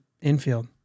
infield